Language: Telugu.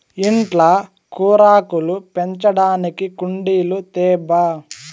ఇంట్ల కూరాకులు పెంచడానికి కుండీలు తేబ్బా